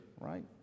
right